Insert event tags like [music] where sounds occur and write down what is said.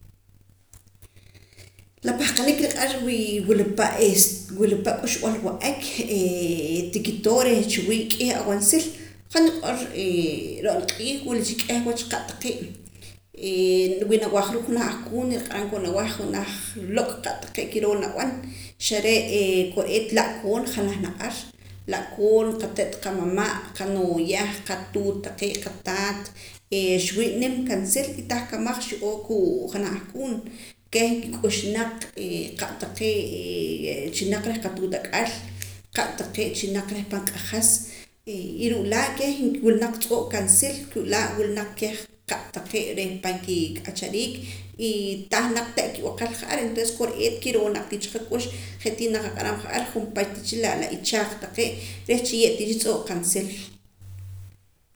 La pahqanik nriq'ar wi wila pa' k'uxb'al wa'ak ti kitoo' reh chiwii' k'ieh awaansil han niq'or ro'na q'iij wila cha k'ih wach qa' taqee' wi nawaja ruu' janaj ahkuun nriq'aram koon aweh janaj lok' qa' taqee' kiroo nab'an xare' kore'eet la'koon janaj naq ar la'koon qate't qamama' qanooya qatuut taqee' qataat xwii' kaansil y tah kamaj xi'oo kuu' janaj ahkuun keh nkik'ux naq qa' taqee' [hesitation] chilnaq reh qatuut ak'al qa' taqee' chilnapan kik'achariik y tah naq te' kib'aqel ja'ar entonces kiroo naq tii cha nqak'ux je' tii naak tii qaq'aram junpach tii cha la ichaaj taqee' reh chiye' cha tz'oo' qaansil